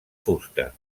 fusta